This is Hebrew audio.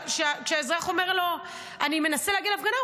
כשהאזרח אומר לו: אני מנסה להגיע להפגנה,